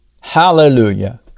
Hallelujah